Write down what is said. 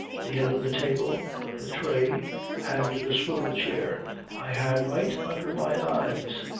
the end of the table, the tray and the swivel-chair i had right under my eyes.